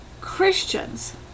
Christians